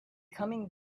coming